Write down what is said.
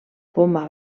poma